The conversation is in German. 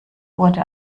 wurde